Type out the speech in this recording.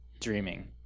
dreaming